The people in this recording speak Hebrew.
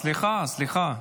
סליחה, סליחה,